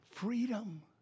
Freedom